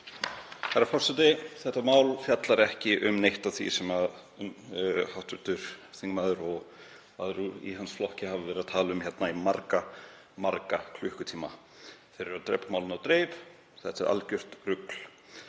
Þetta mál fjallar ekki um neitt af því sem hv. þingmaður og aðrir í hans flokki hafa verið að tala um hér í marga, marga klukkutíma. Þeir eru að drepa málinu á dreif. Þetta er algjört rugl.